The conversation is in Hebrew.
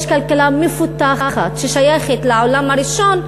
יש כלכלה מפותחת, ששייכת לעולם הראשון,